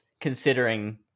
considering